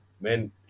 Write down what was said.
men